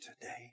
today